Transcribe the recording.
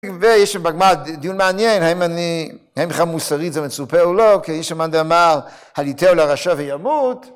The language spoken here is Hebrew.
ויש בגמרא דיון מעניין, האם אני, האם בכלל מוסרית זה מצופה או לא, כי יש המאן דאמר הלעיטהו לרשע וימות